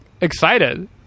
excited